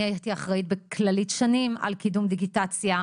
אני הייתי אחראית בכללית שנים על קידום דיגיטציה,